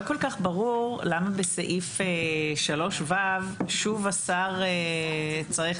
לא כל כך ברור למה בסעיף 3(ו) שוב השר צריך